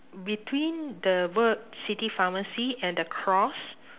between the word city pharmacy and the cross